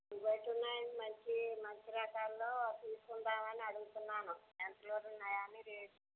బయట ఉన్నాయండి మంచి మంచి రకాల్లో తీసుకుందాం అని అడుగుతున్నాను ఎంతలో ఉన్నాయని రేటు